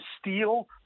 steal